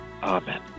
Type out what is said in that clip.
Amen